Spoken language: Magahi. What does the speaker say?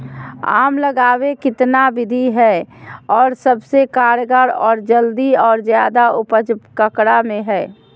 आम लगावे कितना विधि है, और सबसे कारगर और जल्दी और ज्यादा उपज ककरा में है?